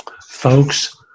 folks